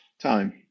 time